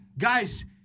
Guys